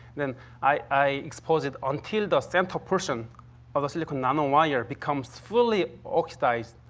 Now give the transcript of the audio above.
then i i expose it until the central portion of the silicon nanowire becomes fully oxidized.